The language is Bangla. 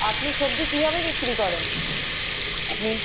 আপনি সবজি কীভাবে বিক্রি করেন আপনি